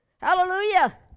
Hallelujah